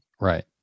Right